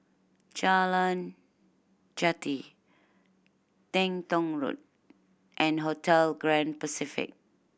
Jalan Jati Teng Tong Road and Hotel Grand Pacific